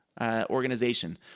organization